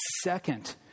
second